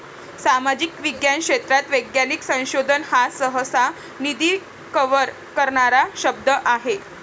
सामाजिक विज्ञान क्षेत्रात वैज्ञानिक संशोधन हा सहसा, निधी कव्हर करणारा शब्द आहे